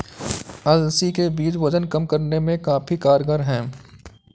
अलसी के बीज वजन कम करने में काफी कारगर है